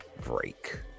break